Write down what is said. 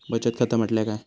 बचत खाता म्हटल्या काय?